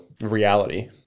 reality